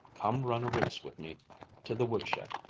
come run a race with me to the woodshed.